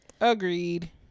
agreed